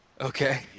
Okay